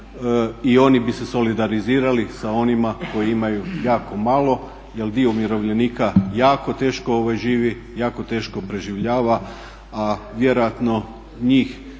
i oni bi se solidarizirali sa onima koji imaju jako malo. Jer dio umirovljenika jako teško živi, jako teško preživljava a vjerojatno njih